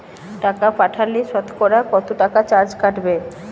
টাকা পাঠালে সতকরা কত টাকা চার্জ কাটবে?